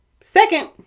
Second